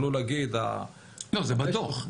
לא, זה בדוח.